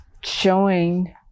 showing